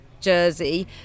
jersey